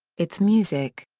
it's music.